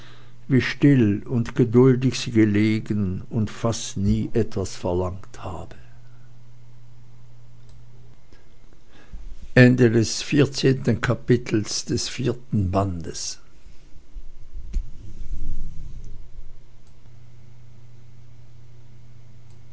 wie still und geduldig sie gelegen und fast nie etwas verlangt habe